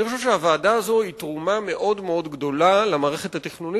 אני חושב שהוועדה הזאת היא תרומה מאוד גדולה למערכת התכנונית.